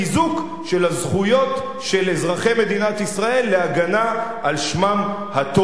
של הזכויות של אזרחי מדינת ישראל להגנה על שמם הטוב.